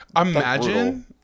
Imagine